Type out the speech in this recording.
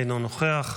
אינו נוכח,